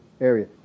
area